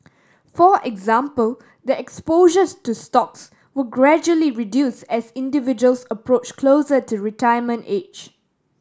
for example the exposures to stocks will gradually reduce as individuals approach closer to retirement age